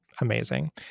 amazing